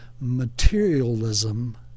materialism